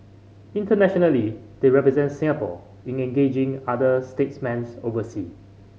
internationally they represent Singapore in engaging other statesmen oversea